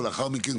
ולאחר מכן,